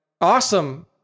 awesome